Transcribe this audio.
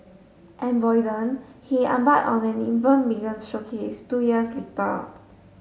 embolden he embark on an even biggest showcase two years later